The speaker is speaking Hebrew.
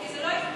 כי זה לא יקרה.